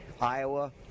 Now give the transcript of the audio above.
iowa